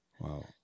Wow